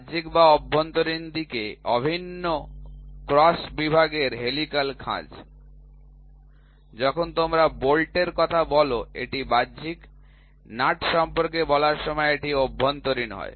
বাহ্যিক এবং অভ্যন্তরীণ দিকে অভিন্ন ক্রস বিভাগের হেলিকাল খাঁজ যখন তোমরা বোল্টের কথা বলো এটি বাহ্যিক নাট সম্পর্কে বলার সময় এটি অভ্যন্তরীণ হয়